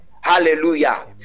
hallelujah